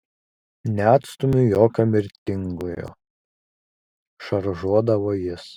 neatstumiu jokio mirtingojo šaržuodavo jis